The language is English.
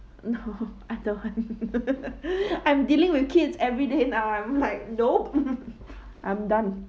no I don't want I'm dealing with kids every day now I'm like nope I'm done